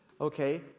Okay